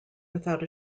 without